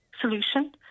solution